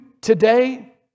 today